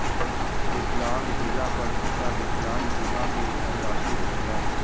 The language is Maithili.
विकलांग भेला पर हुनका विकलांग बीमा के धनराशि भेटलैन